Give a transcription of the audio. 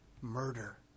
murder